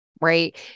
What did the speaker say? right